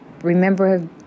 remember